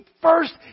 first